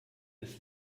bis